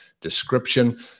description